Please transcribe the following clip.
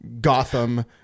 Gotham